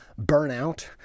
burnout